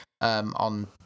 On